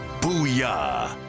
Booyah